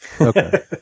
Okay